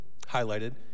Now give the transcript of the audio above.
highlighted